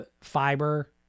Fiber